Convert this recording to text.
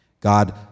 God